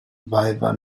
viva